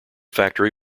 factory